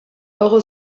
euro